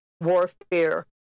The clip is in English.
warfare